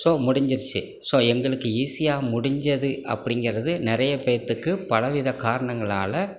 so முடிஞ்சிருச்சு so எங்களுக்கு ஈஸியாக முடிஞ்சது அப்படிங்கறது நிறைய பேர்த்துக்கு பலவித காரணங்களால்